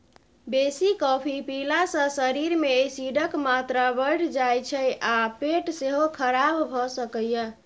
बेसी कॉफी पीला सँ शरीर मे एसिडक मात्रा बढ़ि जाइ छै आ पेट सेहो खराब भ सकैए